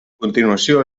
continuació